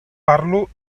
parlo